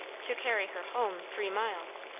to carry her home, three miles,